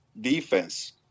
defense